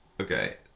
Okay